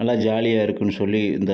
நல்லா ஜாலியாக இருக்குன்னு சொல்லி இந்த